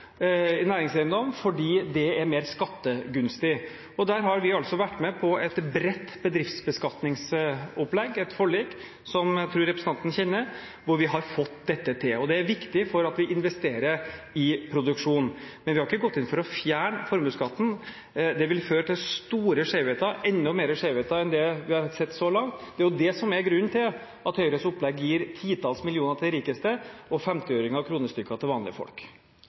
i næringseiendom fordi det er mer skattegunstig. Der har vi altså vært med på et bredt bedriftsbeskatningsopplegg – et forlik – som jeg tror representanten kjenner, hvor vi har fått dette til. Og det er viktig for at vi investerer i produksjon, men vi har ikke gått inn for å fjerne formuesskatten. Det ville ha ført til store skjevheter, enda mer skjevheter enn det vi har sett så langt, og det er jo det som er grunnen til at Høyres opplegg gir titalls millioner til de rikeste og 50-øringer og kronestykker til vanlige folk.